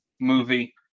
movie